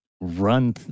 run